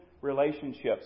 relationships